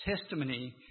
testimony